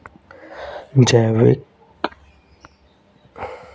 लौह अयस्क किस प्रकार का संसाधन है?